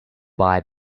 buy